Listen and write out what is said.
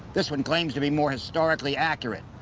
this one claims to be more historically accurate,